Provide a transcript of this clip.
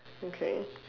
okay